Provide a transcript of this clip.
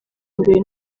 imbere